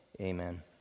amen